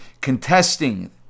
contesting